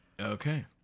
Okay